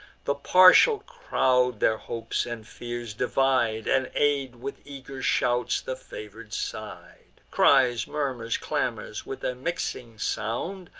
the partial crowd their hopes and fears divide, and aid with eager shouts the favor'd side. cries, murmurs, clamors, with a mixing sound,